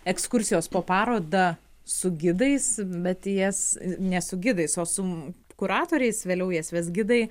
ekskursijos po parodą su gidais bet jas ne su gidais o su kuratoriais vėliau jas ves gidai